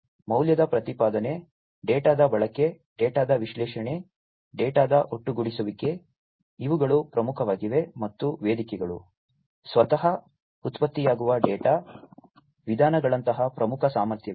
ಮೌಲ್ಯದ ಪ್ರತಿಪಾದನೆ ಡೇಟಾದ ಬಳಕೆ ಡೇಟಾದ ವಿಶ್ಲೇಷಣೆ ಡೇಟಾದ ಒಟ್ಟುಗೂಡಿಸುವಿಕೆ ಇವುಗಳು ಪ್ರಮುಖವಾಗಿವೆ ಮತ್ತು ವೇದಿಕೆಗಳು ಸ್ವತಃ ಉತ್ಪತ್ತಿಯಾಗುವ ಡೇಟಾ ವಿಧಾನಗಳಂತಹ ಪ್ರಮುಖ ಸಾಮರ್ಥ್ಯಗಳು